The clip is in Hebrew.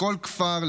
לכל כפר,